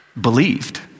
believed